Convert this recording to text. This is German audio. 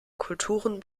kulturen